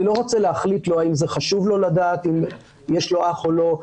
אני לא רוצה להחליט לו האם זה חשוב לו לדעת אם יש לו אח או לא,